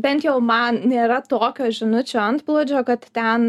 bent jau man nėra tokio žinučių antplūdžio kad ten